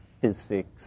physics